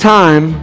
time